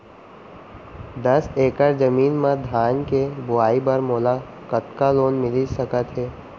दस एकड़ जमीन मा धान के बुआई बर मोला कतका लोन मिलिस सकत हे?